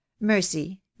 mercy